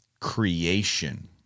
creation